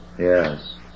Yes